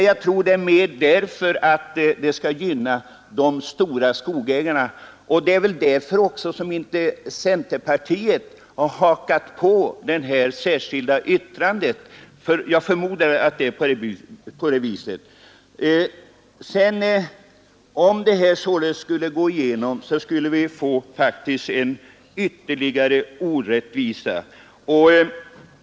Jag tror att motionärerna lagt fram sitt förslag för att gynna de större skogsägarna och det är väl också därför som inte centerpartiet har hakat på reservationen. Om motionärernas förslag skulle bifallas skulle vi således få en ytterligare orättvisa.